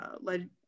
led